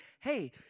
hey